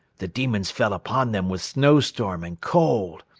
the demons fell upon them with snowstorm and cold.